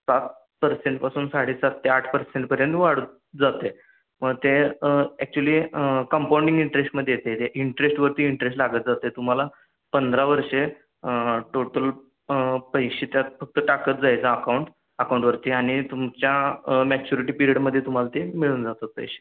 सात परसेंटपासून साडेसात ते आठ पर्सेंटपर्यंत वाढत जातं आहे मग ते ॲक्चुअली कम्पाऊंडिंग इंटरेस्टमध्ये येतं आहे ते इंटरेस्टवरती इंटरेस्ट लागत जातं आहे तुम्हाला पंधरा वर्षे टोटल पैसे त्यात फक्त टाकत जायचा अकाउंट अकाऊंटवरती आणि तुमच्या मॅच्युरिटी पिरियडमध्ये तुम्हाला ते मिळून जातात पैसे